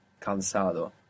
cansado